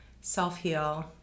self-heal